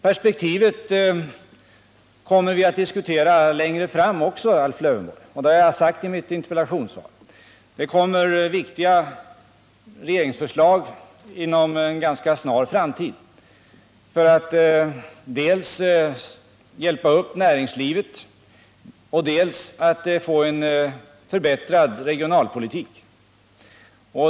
Perspektivet kommer vi att diskutera även i fortsättningen, Alf Lövenborg, och det har jag också framhållit i mitt interpellationssvar. Inom en ganska snar framtid kommer det att läggas fram viktiga regeringsförslag dels för att hjälpa upp näringslivet, dels för att skapa en bättre regionalpolitik.